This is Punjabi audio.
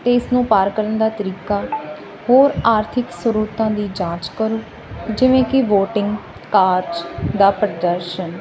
ਅਤੇ ਇਸ ਨੂੰ ਪਾਰ ਕਰਨ ਦਾ ਤਰੀਕਾ ਹੋਰ ਆਰਥਿਕ ਸਰੋਤਾਂ ਦੀ ਜਾਂਚ ਕਰੋ ਜਿਵੇਂ ਕਿ ਵੋਟਿੰਗ ਕਾਰਜ ਦਾ ਪ੍ਰਦਰਸ਼ਨ